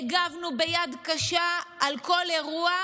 הגבנו ביד קשה על כל אירוע,